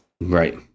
Right